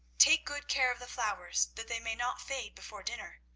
take good care of the flowers, that they may not fade before dinner.